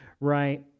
right